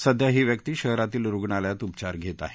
सध्या ही व्यक्ती शहरातील रुग्णालयात उपचार घेत आहे